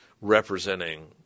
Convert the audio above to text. representing